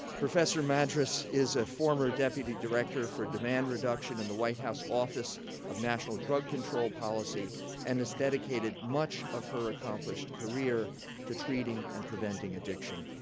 professor madras is a former deputy director for demand reduction in the white house office of national drug control policy and has dedicated much of her accomplished career to treating and preventing addiction.